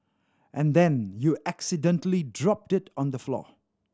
and then you accidentally drop it on the floor